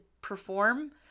perform